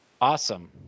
Awesome